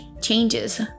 changes